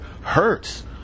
hurts